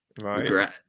regret